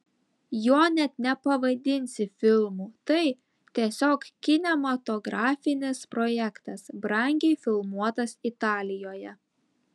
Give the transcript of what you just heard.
jo net nepavadinsi filmu tai tiesiog kinematografinis projektas brangiai filmuotas italijoje